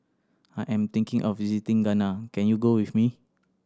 I am thinking of visiting Ghana can you go with me